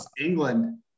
England